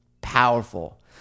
powerful